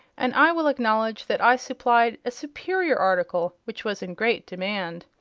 and i will acknowledge that i supplied a superior article, which was in great demand.